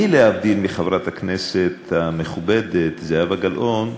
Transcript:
אני, להבדיל מחברת הכנסת המכובדת זהבה גלאון,